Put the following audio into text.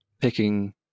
picking